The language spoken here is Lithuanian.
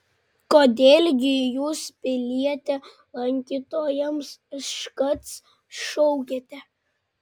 kodėl gi jūs piliete lankytojams škac šaukiate